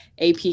AP